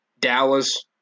Dallas